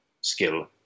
skill